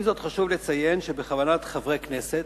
עם זאת, חשוב לציין שבכוונת חברי כנסת,